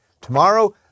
tomorrow